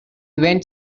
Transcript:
went